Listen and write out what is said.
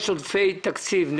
יש עודפי תקציב,